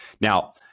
now